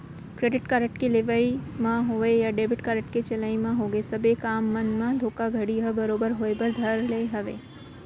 credit card के लेवई म होवय या डेबिट कारड के चलई म होगे सबे काम मन म धोखाघड़ी ह बरोबर होय बर धरे हावय